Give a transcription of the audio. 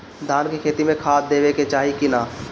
धान के खेती मे खाद देवे के चाही कि ना?